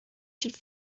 should